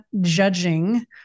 judging